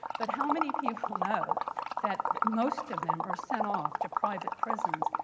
but how many people know that most of them are sent off to private prisons?